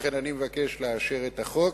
לכן אני מבקש לאשר את החוק.